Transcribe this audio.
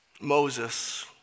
Moses